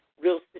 real